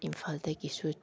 ꯏꯝꯐꯥꯜꯗꯒꯤꯁꯨ